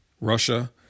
Russia